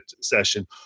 session